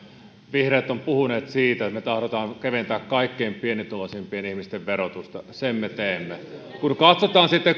vihreät ovat puhuneet siitä että me tahdomme keventää kaikkein pienituloisimpien ihmisten verotusta sen me teemme kun katsotaan sitten